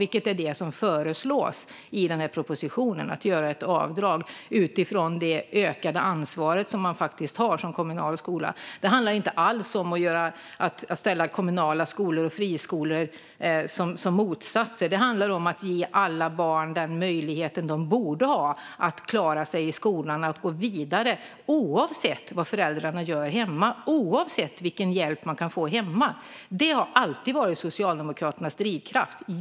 Det är det som föreslås i den här propositionen - att göra ett avdrag utifrån det ökade ansvar som man faktiskt har som kommunal skola. Det handlar inte alls om att ställa kommunala skolor och friskolor som varandras motsatser, utan det handlar om att ge alla barn den möjlighet som de borde ha att klara sig i skolan och att gå vidare, oavsett vad föräldrarna gör hemma och oavsett vilken hjälp barnen kan få hemma. Det har alltid varit Socialdemokraternas drivkraft.